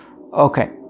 Okay